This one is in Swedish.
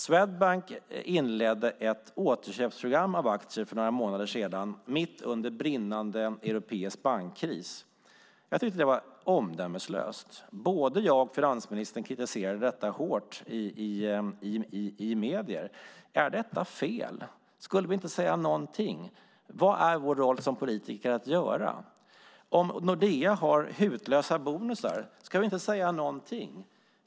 Swedbank inledde ett återköpsprogram i fråga om aktier för några månader sedan, mitt under brinnande europeisk bankkris. Jag tyckte att det var omdömeslöst. Både jag och finansministern kritiserade detta hårt i medier. Är detta fel? Skulle vi inte säga någonting? Vad är vår uppgift som politiker att göra? Ska vi inte säga någonting om Nordea har hutlösa bonusar?